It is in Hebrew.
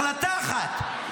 החלטה אחת,